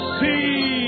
see